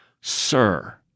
Sir